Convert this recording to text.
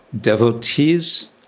devotees